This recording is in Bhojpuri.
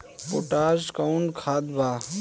पोटाश कोउन खाद बा?